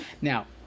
Now